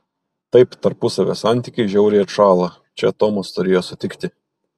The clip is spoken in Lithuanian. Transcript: taip tarpusavio santykiai žiauriai atšąla čia tomas turėjo sutikti